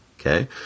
okay